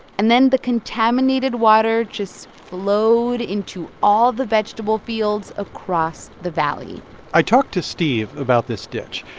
and then the contaminated water just flowed into all the vegetable fields across the valley i talked to steve about this ditch.